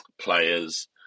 players